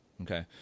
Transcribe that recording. Okay